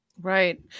right